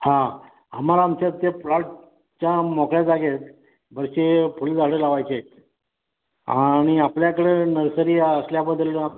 हां आम्हाला आमच्यात ते प्लॉटच्या मोकळ्या जागेत बरेसे फुलझाडं लावायचेत आणि आपल्याकडे नर्सरी असल्याबद्दल